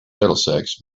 middlesex